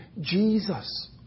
Jesus